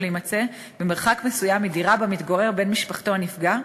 להימצא במרחק מסוים מדירה שבה מתגורר בן משפחתו הנפגע,